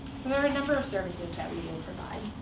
so there are a number of services that we will provide.